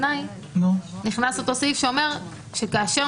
נכתוב באותו